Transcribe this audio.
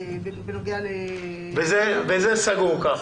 וכך זה סגור.